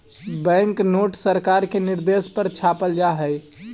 bank note सरकार के निर्देश पर छापल जा हई